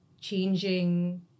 changing